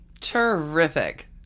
Terrific